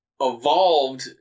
evolved